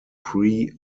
pre